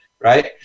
right